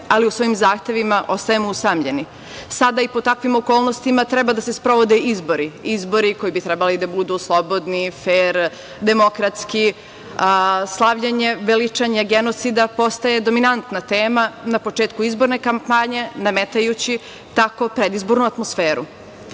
ali u svojim zahtevima ostajemo usamljeni. Sada i pod takvim okolnostima treba da se sprovode izbori. Izbori koji bi trebalo da budu slobodni, fer, demokratski. Slavljenje, veličanje genocida postaje dominantna tema na početku izborne kampanje, nametajući tako predizbornu atmosferu. Kada